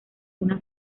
una